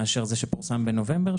מאשר זה שפורסם בנובמבר,